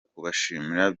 kubashimira